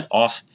off